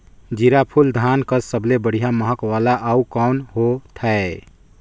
जीराफुल धान कस सबले बढ़िया महक वाला अउ कोन होथै?